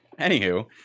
Anywho